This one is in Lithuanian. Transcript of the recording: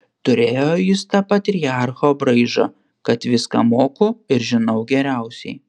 turėjo jis tą patriarcho braižą kad viską moku ir žinau geriausiai